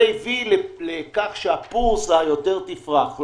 זה הביא לכך שהבורסה יותר תפרח.